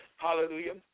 Hallelujah